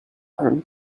earn